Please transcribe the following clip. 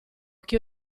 che